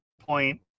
point